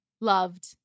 loved